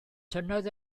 tynnodd